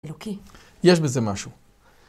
אלוקים, יש בזה משהו.